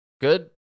Good